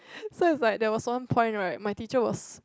so it was like there was one point right my teacher was